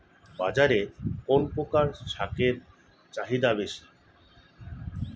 বাজারে কোন প্রকার শাকের চাহিদা বেশী?